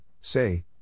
say